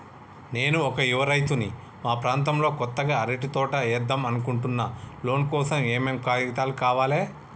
నేను ఒక యువ రైతుని మా ప్రాంతంలో కొత్తగా అరటి తోట ఏద్దం అనుకుంటున్నా లోన్ కోసం ఏం ఏం కాగితాలు కావాలే?